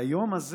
והיום הזה